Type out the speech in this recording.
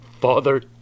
father